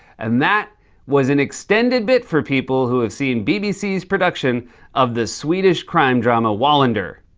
and that was an extended bit for people who have seen bbc's production of the swedish crime drama wallander.